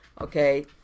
Okay